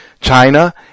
China